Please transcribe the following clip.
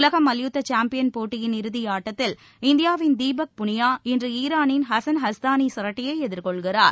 உலக மல்யுத்த சாம்பியின் போட்டியின் இறுதியாட்டத்தில் இந்தியாவின் தீபக் புனியா இன்று ஈரானின் ஹசன் யஸ்தானிசரட்டியை எதிர்கொள்கிறார்